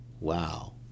Wow